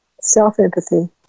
Self-empathy